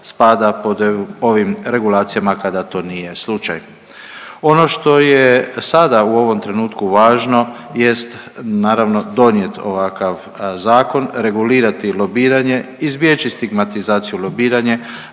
spada pod ovim regulacijama kada to nije slučaj. Ono što je sada u ovom trenutku važno jest naravno donijet ovakav zakon, regulirati lobiranje, izbjeći stigmatizaciju lobiranja,